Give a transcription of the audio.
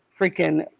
freaking